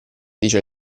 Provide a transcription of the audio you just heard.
dice